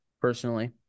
personally